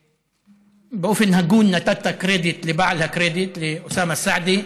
באופן הגון נתת קרדיט לבעל הקרדיט, לאוסאמה סעדי.